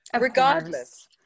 regardless